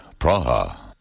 Praha